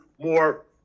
more